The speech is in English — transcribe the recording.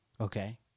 Okay